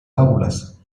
fábulas